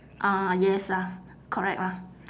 ah yes lah correct lah